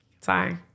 Sorry